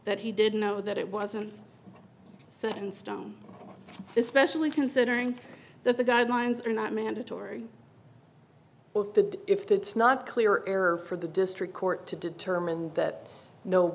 that he didn't know that it wasn't set in stone especially considering that the guidelines are not mandatory if that's not clear or for the district court to determine that no